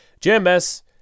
JMS